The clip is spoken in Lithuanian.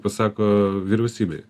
pasako vyriausybei